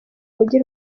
mujyi